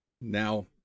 Now